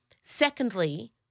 Secondly